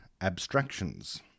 abstractions